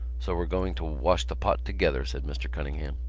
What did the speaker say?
so we're going to wash the pot together, said mr. cunningham.